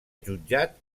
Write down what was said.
jutjat